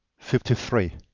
fifty three.